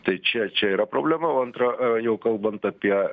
tai čia čia yra problema o antra jau kalbant apie